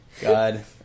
God